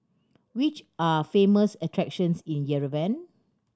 which are famous attractions in Yerevan